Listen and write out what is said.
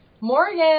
Morgan